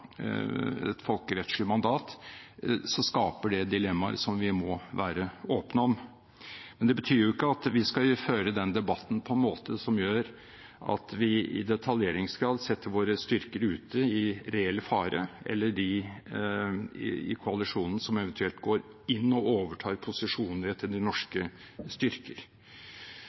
et folkerettslig mandat – skaper dilemmaer som vi må være åpne om. Men det betyr ikke at vi skal føre debatten på en måte som gjør at vi i detaljeringsgrad setter våre styrker ute, eller de i koalisjonen som eventuelt går inn og overtar posisjoner etter norske styrker,